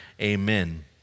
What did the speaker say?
Amen